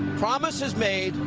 promises made,